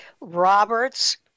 Roberts